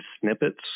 snippets